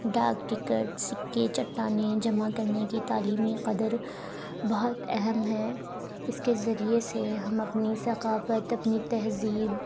ڈاک ٹکٹ سکّے چٹانیں جمع کرنے کی تعلیمی قدر بہت اہم ہے اس کے ذریعے سے ہم اپنی ثقافت اپنی تہذیب